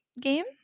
game